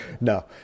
No